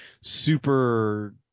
super